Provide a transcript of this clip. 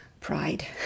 Pride